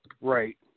Right